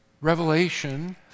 Revelation